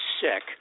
sick